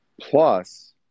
plus